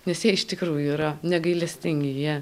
nes jie iš tikrųjų yra negailestingi jie